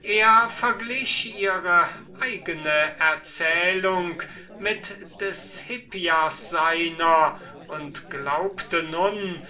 er verglich ihre eigene erzählung mit des hippias seiner und glaubte nun